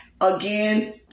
Again